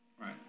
right